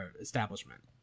establishment